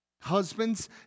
Husbands